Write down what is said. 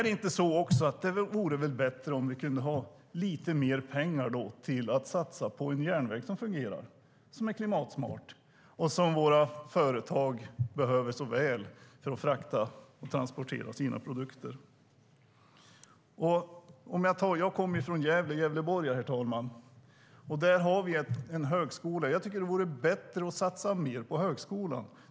Det vore väl bättre om vi hade lite mer pengar att satsa på en fungerande, klimatsmart järnväg som våra företag behöver så väl för att transportera sina produkter. Herr talman! Jag kommer från Gävleborgs län, och vi har en högskola. Det vore bättre att satsa mer på högskolan.